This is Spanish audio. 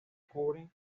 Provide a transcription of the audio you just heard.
cubren